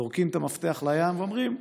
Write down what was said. זורקים את המפתח לים ואומרים: